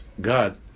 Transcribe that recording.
God